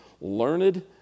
learned